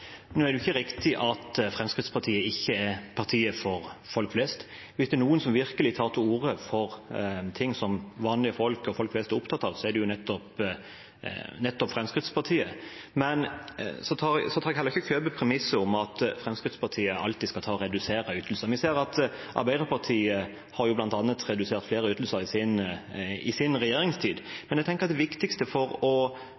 Det er ikke riktig at Fremskrittspartiet ikke er partiet for folk flest. Hvis det er noen som virkelig tar til orde for ting som vanlige folk og folk flest er opptatt av, er det nettopp Fremskrittspartiet. Jeg kjøper heller ikke premisset om at Fremskrittspartiet alltid skal redusere ytelser. Vi ser at bl.a. Arbeiderpartiet har redusert flere ytelser i sin regjeringstid. Jeg tenker at det viktigste må være at folk har en arbeidsplass å